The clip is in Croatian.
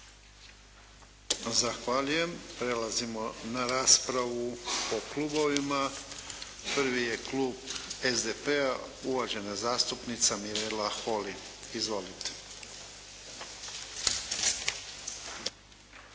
Zahvaljujem. Prelazimo na raspravu po klubovima. Prvi je klub SDP-a, uvažena zastupnica Mirela Holy. Izvolite.